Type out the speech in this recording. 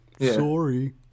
Sorry